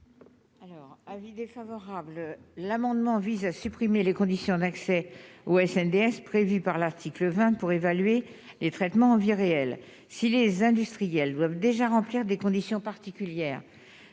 Alors avis défavorable, l'amendement vise à supprimer les conditions d'accès ou FNDS prévue par l'article 20 pour évaluer les traitements vie réelle, si les industriels doivent déjà remplir des conditions particulières